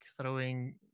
throwing